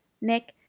Nick